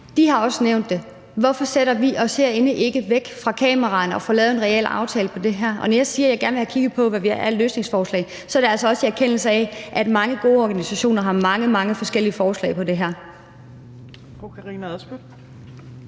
med, har også nævnt det. Hvorfor flytter vi herinde os ikke væk fra kameraerne og får lavet en reel aftale på det her område? Og når jeg siger, at jeg gerne vil have kigget på, hvad der er af løsningsforslag, er det altså også i erkendelse af, at mange gode organisationer har mange, mange forskellige forslag på det her